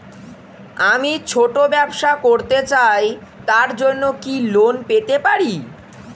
আমি ছোট ব্যবসা করতে চাই তার জন্য কি লোন পেতে পারি?